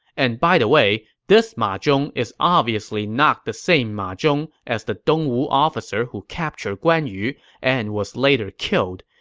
and by the way, this ma zhong is obviously not the same ma zhong as the dongwu officer who captured guan yu and was later killed.